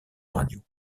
radio